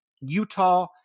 Utah